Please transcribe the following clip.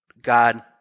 God